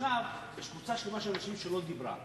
עכשיו יש קבוצה שלמה של אנשים שלא דיברו.